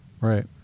Right